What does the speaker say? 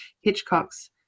Hitchcock's